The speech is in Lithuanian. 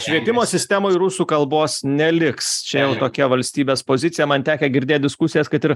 švietimo sistemoj rusų kalbos neliks čia jau tokia valstybės pozicija man tekę girdėt diskusijas kad ir